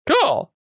Cool